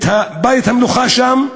את בית-המלוכה שם,